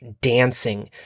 dancing